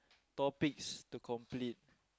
topics to complete